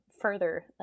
further